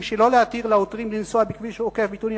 שלא להתיר לעותרים לנסוע בכביש עוקף-ביתוניא,